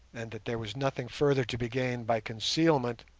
and that there was nothing further to be gained by concealment,